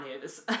news